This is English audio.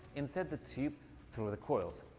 insert the tube through the coils.